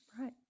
Right